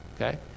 okay